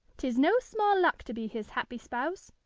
tis no small luck to be his happy spouse.